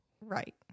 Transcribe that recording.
Right